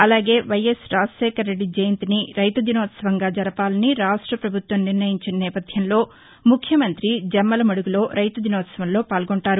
అలాగే వైఎస్ రాజశేఖరరెద్ది జయంతిని రైతు దినోత్సవంగా జరపాలని రాష్ట్ర ప్రభుత్వం నిర్ణయించిన నేపధ్యంలో ముఖ్యమంతి జమ్మలమడుగులో రైతు దినోత్సవంలో పాల్గొంటారు